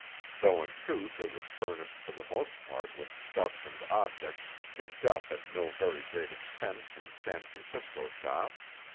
though in truth it was furnished for the most part with stuffs and objects picked up at no very great expense in san francisco shops.